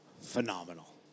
phenomenal